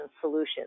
solutions